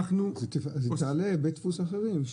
זה יעלה בתי דפוס אחרים.